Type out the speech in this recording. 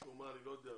משום מה, אני לא יודע.